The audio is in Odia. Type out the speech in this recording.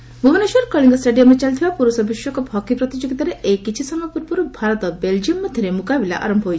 ହକି ଭୁବନେଶ୍ୱର କଳିଙ୍ଗ ଷ୍ଟାଡିୟମରେ ଚାଲିଥିବା ପୁରୁଷ ବିଶ୍ୱକପ୍ ହକି ପ୍ରତିଯୋଗିତାରେ ଏଇ କିଛି ସମୟ ପୂର୍ବରୁ ଭାରତ ବେଲକିୟମ୍ ମଧ୍ୟରେ ମୁକାବିଲା ଆରମ୍ଭ ହୋଇଛି